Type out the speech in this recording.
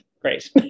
great